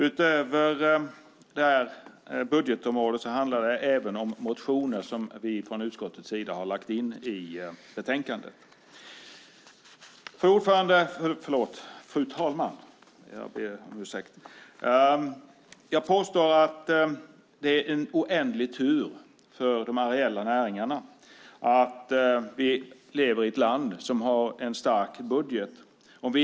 Utöver budgetområdet handlar det också de motioner som vi från utskottets sida har lagt in i betänkandet. Fru talman! Jag påstår att det är en oändlig tur för de areella handlingarna att vi lever i ett land som har en stark budget.